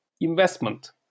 investment